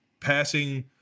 passing